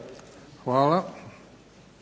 Hvala.